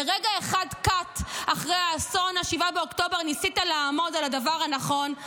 לרגע קט אחד אחרי האסון ב-7 באוקטובר ניסית לעמוד על הדבר הנכון,